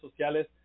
sociales